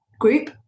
group